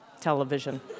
television